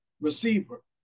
receiver